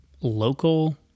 local